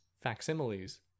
facsimiles